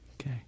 Okay